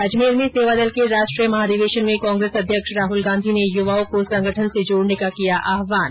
अजमेर में सेवादल के राष्ट्रीय महाधिवेशन में कांग्रेस अध्यक्ष राहल गांधी ने युवाओं को संगठन से जोड़ने का किया आहवान